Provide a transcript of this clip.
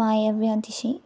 वायव्यादिशि